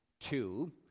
two